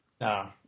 No